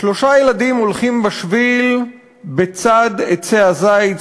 שלושה ילדים הולכים בשביל בצד עצי הזית,